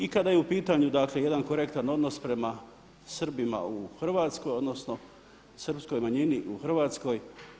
I kada je u pitanju dakle jedan korektan odnos prema Srbima u Hrvatskoj odnosno srpskoj manjini u Hrvatskoj.